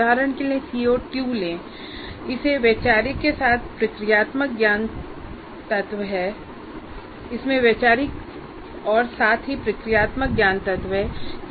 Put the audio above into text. उदाहरण के लिए CO2 लें इसमें वैचारिक और साथ ही प्रक्रियात्मक ज्ञान तत्व हैं